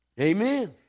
Amen